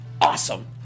awesome